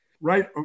right